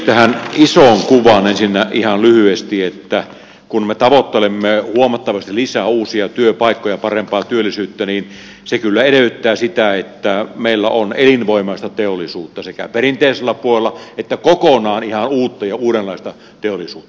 tähän isoon kuvaan ensinnä ihan lyhyesti että kun me tavoittelemme huomattavasti lisää uusia työpaikkoja parempaa työllisyyttä niin se kyllä edellyttää sitä että meillä on elinvoimaista teollisuutta sekä perinteisellä puolella että kokonaan ihan uutta ja uudenlaista teollisuutta